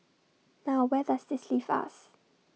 now where does this leave us